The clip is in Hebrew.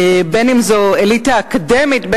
בין אם זאת אליטה אקדמית,